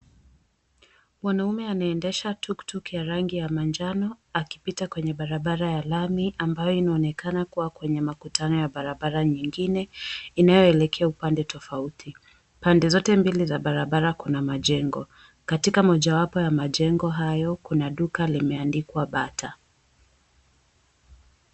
Mwanaume anayeendesha tuktuk ya rangi ya manjano akipita kwenye barabara ya lami ambayo inaonekana kuwa kwenye makutano ya barabara nyingine inayoelekea upande tofauti. Pande zote mbili za barabara kuna majengo katika mojawapo ya majengo hayo kuna duka limeandikwa Bata.